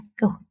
go